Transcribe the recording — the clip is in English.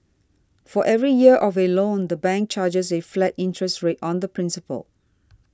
for every year of a loan the bank charges a flat interest rate on the principal